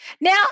Now